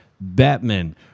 Batman